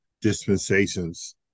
dispensations